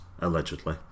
allegedly